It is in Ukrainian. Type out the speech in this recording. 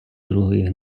другої